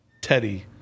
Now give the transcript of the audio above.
Teddy